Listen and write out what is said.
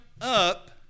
up